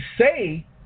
say